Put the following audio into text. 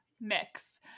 Mix